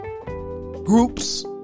groups